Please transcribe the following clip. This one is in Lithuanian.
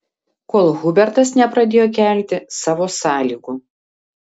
kol hubertas nepradėjo kelti savo sąlygų